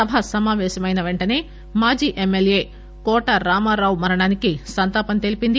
సభ సమావేశమైన వెంటనే మాజీ ఎమ్మెల్యే కోటా రామారావు మరణానికి సంతాపం తెలిపింది